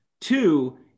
Two